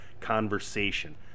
conversation